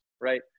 right